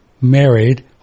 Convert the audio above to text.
married